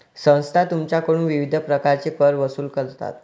संस्था तुमच्याकडून विविध प्रकारचे कर वसूल करतात